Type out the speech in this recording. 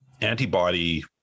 Antibody